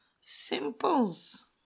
Simples